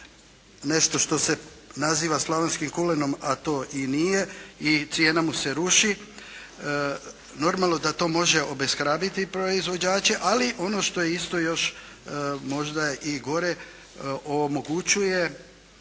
nešto što se naziva slavonskim kulenom a to i nije i cijena mu se ruši, normalno da to može obeshrabriti proizvođače, ali ono što je još možda i gore, omogućuje